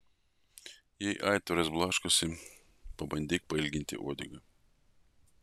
jei aitvaras blaškosi pabandyk pailginti uodegą